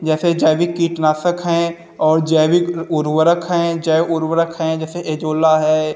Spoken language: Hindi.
या फिर जैविक कीटनाशक हैं और जैविक उर्वरक हैं जैव उर्वरक हैं जैसे एजोला हैं